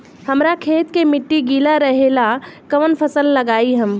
हमरा खेत के मिट्टी गीला रहेला कवन फसल लगाई हम?